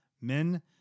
men